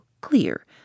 clear